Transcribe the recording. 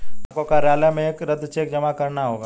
आपको कार्यालय में एक रद्द चेक जमा करना होगा